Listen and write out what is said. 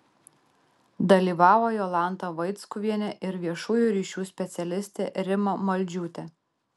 dalyvavo jolanta vaickuvienė ir viešųjų ryšių specialistė rima maldžiūtė